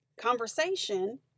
conversation